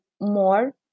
more